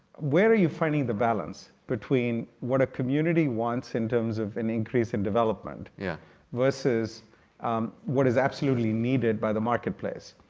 where are you finding the balance between what a community wants in terms of an increase in development yeah versus what is absolutely needed by the marketplace?